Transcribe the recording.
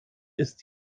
ist